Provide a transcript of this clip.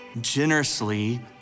generously